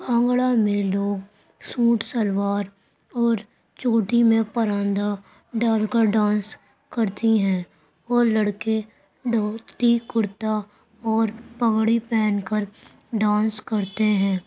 بھانگڑا میں لوگ سوٹ شلوار اور چوٹی میں پراندہ ڈال کر ڈانس کرتی ہیں اور لڑکے دھوتی کرتا اور پگڑی پہن کر ڈانس کرتے ہیں